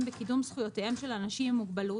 בקידום זכויותיהם של אנשים עם מוגבלות,